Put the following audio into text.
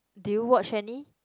did you watch any